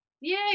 Yay